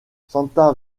santa